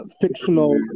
fictional